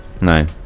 No